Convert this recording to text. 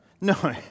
No